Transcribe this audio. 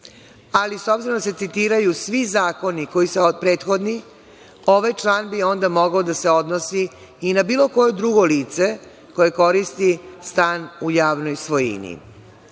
ali s obzirom da se citiraju svi zakoni koji su prethodni, ovaj član bi onda mogao da se odnosi i na bilo koje drugo lice koje koristi stan u javnoj